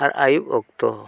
ᱟᱨ ᱟᱹᱭᱩᱵᱽ ᱚᱠᱛᱚ